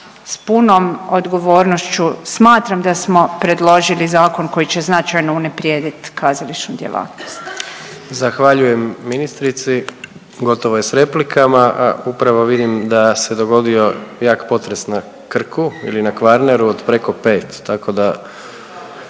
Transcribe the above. s punom odgovornošću smatram da smo predložili zakon koji će značajno unaprijedit kazališnu djelatnost. **Jandroković, Gordan (HDZ)** Zahvaljujem ministrici, gotovo je s replikama. A upravo vidim da se dogodio jak potres na Krku ili na Kvarneru od preko 5 tako da